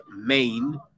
Main